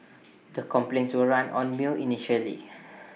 the complaints were run on mill initially